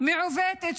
שלנו מעוותת?